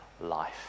life